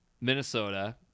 Minnesota